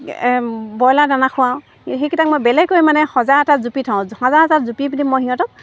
broiler দানা খুৱাওঁ সেইকেইটাক মই বেলেগকৈ মানে সজা এটাত জুপি থওঁ সজা এটাত জুপি পিনে মই সিহঁতক